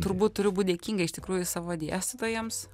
turbūt turiu būt dėkinga iš tikrųjų savo dėstytojams